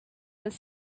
was